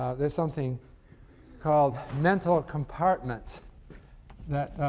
there's something called mental compartments that